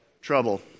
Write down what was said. Trouble